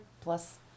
plus